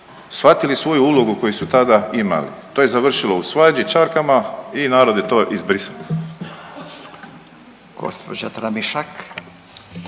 shvatili svoju ulogu koju su tada imali. To je završilo u svađi, čarkama i narod je to izbrisao.